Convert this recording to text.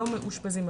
לא מאושפזים,